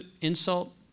insult